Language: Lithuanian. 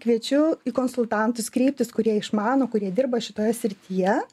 kviečiu į konsultantus kreiptis kurie išmano kurie dirba šitoje srityje